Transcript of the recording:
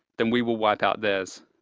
then we will wipe out theirs.